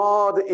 God